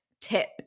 tip